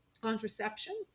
contraception